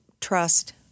trust